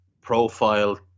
profile